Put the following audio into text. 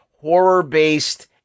horror-based